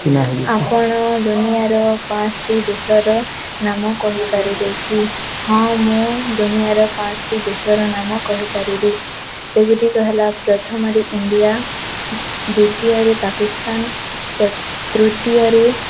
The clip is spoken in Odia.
ଆପଣ ଦୁନିଆର ପାଞ୍ଚଟି ଦେଶର ନାମ କହିପାରିବେ କି ହଁ ମୁଁ ଦୁନିଆର ପାଞ୍ଚଟି ଦେଶର ନାମ କହିପାରିବି ସେଗୁଡ଼ିକ ହେଲା ପ୍ରଥମରେ ଇଣ୍ଡିଆ ଦ୍ୱିତୀୟରେ ପାକିସ୍ତାନ ତୃତୀୟରେ